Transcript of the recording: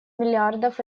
миллиардов